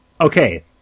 Okay